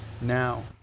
Now